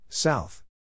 South